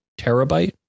terabyte